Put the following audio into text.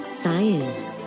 science